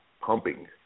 pumping